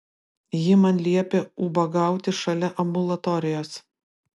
ji man liepė ubagauti šalia ambulatorijos